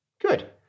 Good